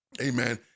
Amen